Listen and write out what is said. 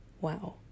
Wow